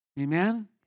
Amen